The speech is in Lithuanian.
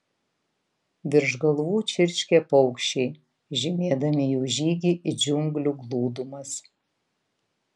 virš galvų čirškė paukščiai žymėdami jų žygį į džiunglių glūdumas